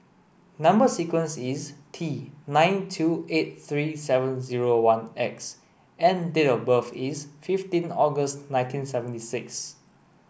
number sequence is T nine two eight three seven zero one X and date of birth is fifteen August nineteen seventy six